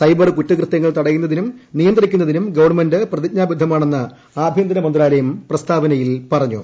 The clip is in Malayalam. സൈബർ കുറ്റകൃതൃങ്ങൾ തടയുന്നതിനും നിയന്ത്രിക്കുന്നതിനും ഗവൺമെന്റ് പ്രതിജ്ഞാബദ്ധമാണെന്ന് ആഭ്യന്തര മന്ത്രാലയം പ്രസ്താവനയിൽ പറഞ്ഞു